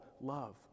Love